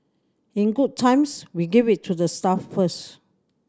in good times we give it to the staff first